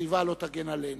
הסביבה לא תגן עלינו.